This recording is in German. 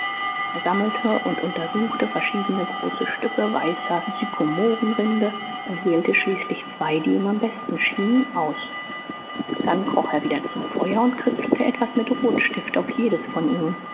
er sammelte und untersuchte verschiedene große stücke weißer sykomorenrinde und wählte schließlich zwei die ihm die besten schienen aus dann kroch er wieder zum feuer und kritzelte etwas mit rotstift auf jedes von ihnen